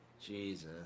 Jesus